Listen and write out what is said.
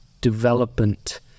development